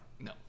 No